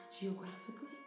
Geographically